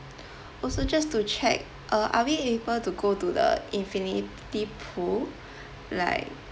also just to check uh are we able to go to the infinity pool like